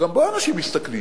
שגם בו אנשים מסתכנים?